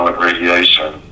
Radiation